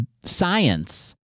science